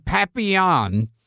Papillon